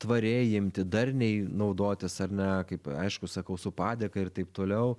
tvariai imti darniai naudotis ar ne kaip aišku sakau su padėka ir taip toliau